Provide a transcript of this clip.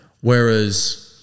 Whereas